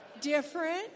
Different